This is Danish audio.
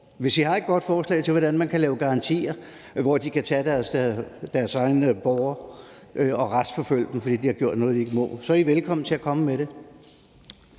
Hvis I har et godt forslag til, hvordan man kan lave garantier om, at de kan tage deres egne borgere og retsforfølge dem, fordi de har gjort noget, de ikke må, så er I velkomne til at komme med det.